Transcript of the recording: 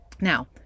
Now